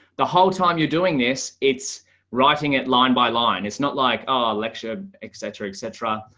the whole time you're doing this, it's writing it line by line, it's not like our lecture, etc, etc.